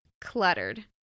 cluttered